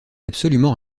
absolument